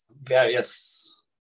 various